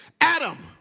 Adam